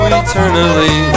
eternally